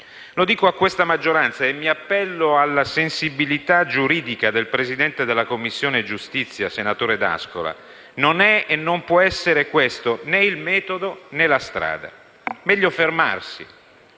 Lo dico alla maggioranza e mi appello alla sensibilità giuridica del presidente della Commissione giustizia, senatore D'Ascola: non sono e non possono essere questi né il metodo né la strada. Meglio fermarsi.